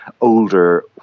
older